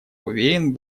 уверен